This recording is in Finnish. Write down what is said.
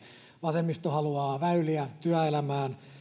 vasemmisto haluaa väyliä työelämään